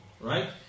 right